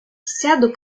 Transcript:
сяду